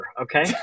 Okay